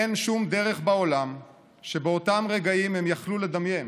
אין שום דרך בעולם שבאותם רגעים הם יכלו לדמיין